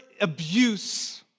abuse